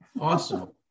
awesome